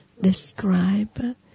describe